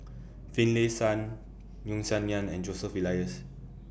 Finlayson Yeo Song Nian and Joseph Elias